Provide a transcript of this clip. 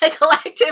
collective